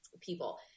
people